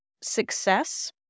success